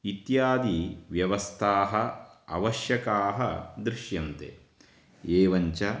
इत्यादि व्यवस्थाः आवश्यकाः दृश्यन्ते एवञ्च